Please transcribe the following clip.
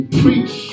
preach